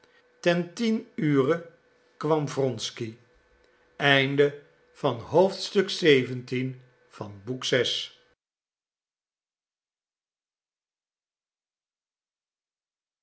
ten tien ure kwam wronsky